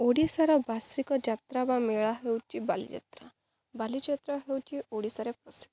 ଓଡ଼ିଶାର ବାର୍ଷିକ ଯାତ୍ରା ବା ମେଳା ହେଉଛି ବାଲିଯାତ୍ରା ବାଲିଯାତ୍ରା ହେଉଛି ଓଡ଼ିଶାରେ ପ୍ରସିଦ୍ଧ